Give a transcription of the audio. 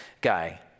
guy